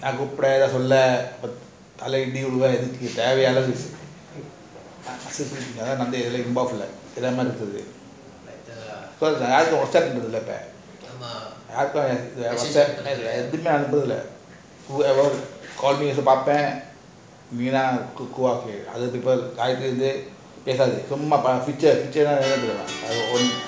to go out with other people ஏதுமே அனுப்புறது இல்ல:eathumae anupurathu illa picture picture our own